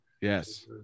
Yes